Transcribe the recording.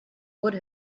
would